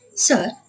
Sir